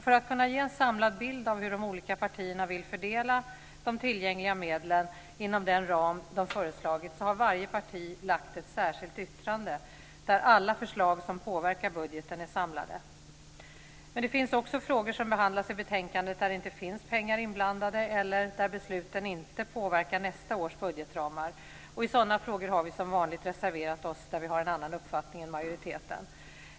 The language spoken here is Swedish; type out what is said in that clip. För att kunna ge en samlad bild av hur de olika partierna vill fördela de tillgängliga medlen inom den ram de föreslagit har varje parti lagt ett särskilt yttrande där alla förslag som påverkar budgeten är samlade. Det finns också frågor som behandlas i betänkandet där det inte finns pengar inblandade, eller där besluten inte påverkar nästa års budgetramar. I sådana frågor har vi som vanligt reserverat oss där vi har en annan uppfattning än majoriteten.